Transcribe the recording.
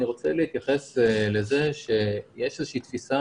אני רוצה להתייחס לזה שיש איזושהי תפיסה